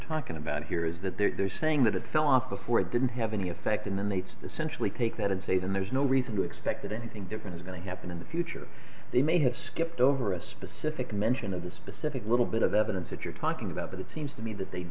talking about here is that they're saying that it fell off before it didn't have any effect and then they essentially take that and say that there's no reason to expect that anything different is going to happen in the future they may have skipped over a specific mention of the specific little bit of evidence that you're talking about but it seems to me that they